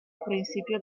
principios